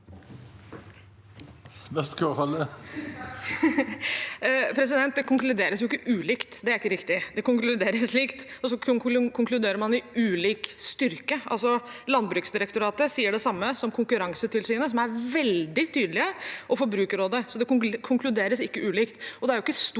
Det konklu- deres jo ikke ulikt. Det er ikke riktig. Det konkluderes likt, og så konkluderer man i ulik styrke. Altså: Landbruksdirektoratet sier det samme som Konkurransetilsynet – som er veldig tydelige – og Forbrukerrådet, så det konkluderes ikke ulikt.